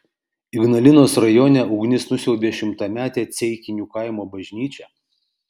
ignalinos rajone ugnis nusiaubė šimtametę ceikinių kaimo bažnyčią